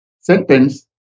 sentence